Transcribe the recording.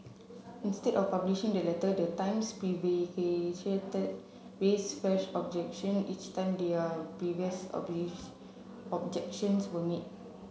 instead of publishing the letter the times raised fresh objection each time their previous objections were met